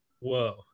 whoa